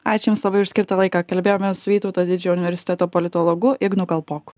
ačiū jums labai už skirtą laiką kalbėjomės su vytauto didžiojo universiteto politologu ignu kalpoku